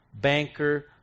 banker